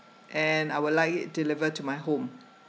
and I would like it deliver to my home